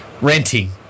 renting